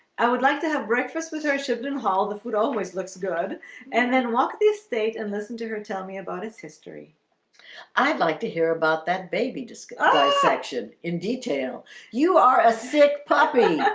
i would like to have breakfast with her shipton hall the food always looks good and then walk this state and listen to her. tell me about its history i'd like to hear about that baby disguise section in detail you are a sick puppy